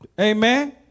Amen